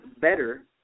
better